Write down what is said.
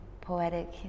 poetic